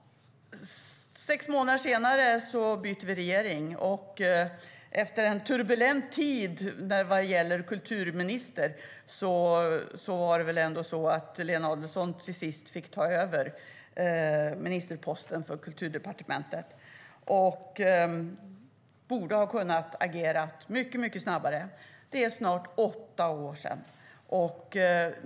Sex månader senare bytte vi regering. Efter en turbulent tid vad gällde kulturministerposten fick Lena Adelsohn Liljeroth till sist ta över som minister i Kulturdepartementet. Det är snart åtta år sedan, och hon borde ha kunnat agera mycket snabbare.